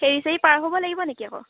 ফেৰি চেৰি পাৰ হ'ব লাগিব নেকি আকৌ